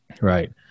right